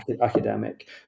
academic